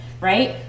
right